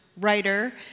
writer